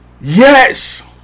yes